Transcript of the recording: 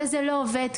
וזה לא עובד,